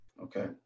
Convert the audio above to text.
Okay